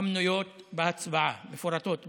המנויות בהצעה, מפורטות בהצעה.